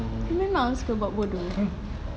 memang suka buat bodoh